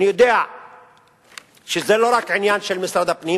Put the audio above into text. אני יודע שזה לא רק עניין של משרד הפנים,